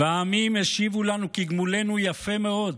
והעמים השיבו לנו כגמולנו יפה מאוד: